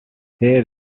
there